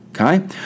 Okay